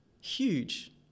Huge